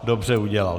Dobře udělal.